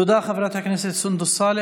תודה חברת הכנסת סונדוס סאלח.